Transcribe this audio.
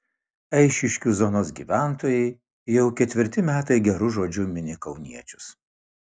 eišiškių zonos gyventojai jau ketvirti metai geru žodžiu mini kauniečius